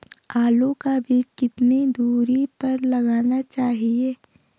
आलू का बीज कितनी दूरी पर लगाना चाहिए?